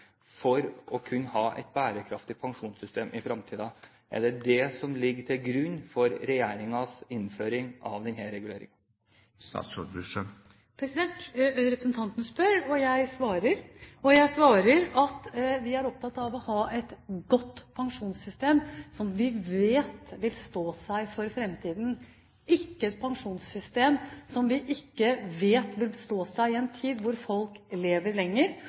for å kunne ha et bærekraftig pensjonssystem i fremtiden? Er det det som ligger til grunn for regjeringens innføring av denne reguleringen? Representanten spør, og jeg svarer. Jeg svarer at vi er opptatt av å ha et godt pensjonssystem som vi vet vil stå seg for framtiden, ikke et pensjonssystem som vi ikke vet om vil stå seg i en tid da folk lever lenger